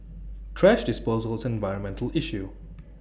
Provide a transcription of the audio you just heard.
thrash disposal is an environmental issue